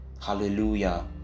hallelujah